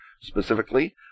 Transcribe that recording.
specifically